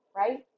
right